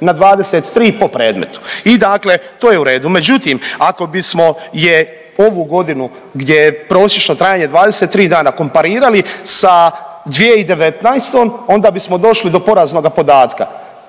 na 23 po predmetu. I dakle to je u redu. Međutim, ako bismo je ovu godinu gdje je prosječno trajanje 23 dana komparirali sa 2019. onda bismo došli do poraznoga podatka,